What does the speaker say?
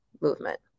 movement